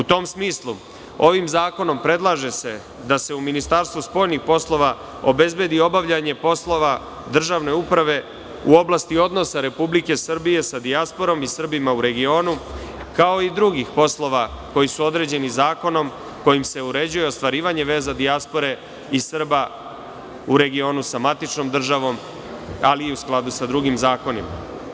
U tom smislu, ovim zakonom, predlaže se da se u Ministarstvu spoljnih poslova, obezbedi obavljanje poslova državne uprave, u oblasti odnosa Republike Srbije sa dijasporom i Srbima u regionu, kao i drugih poslova, koji su određeni zakonom, kojim se uređuje ostvarivanje veza dijaspore i Srba u regionu sa matičnom državom, ali i u skladu sa drugim zakonom.